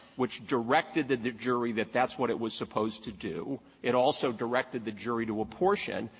which directed the the jury that that's what it was supposed to do. it also directed the jury to apportion,